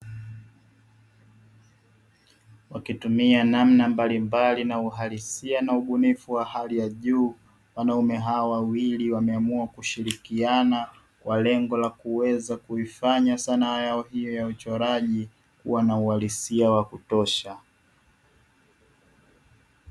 Wakitumia namma mbalimbali na uhalisia na ubunifu wa hali ya juu, wanaume hawa wawili wameamua kushirikiana kwa lengo la kuweza kuifanya sanaa yao hiyo ya uchoraji kuwa na uhalisia wa kutosha.